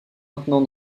maintenant